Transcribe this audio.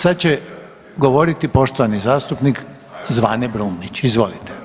Sad će govoriti poštovani zastupnik Zvane Brumnić, izvolite.